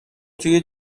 توی